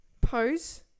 pose